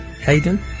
Hayden